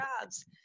jobs